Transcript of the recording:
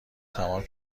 تمام